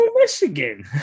Michigan